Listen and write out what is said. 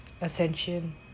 Ascension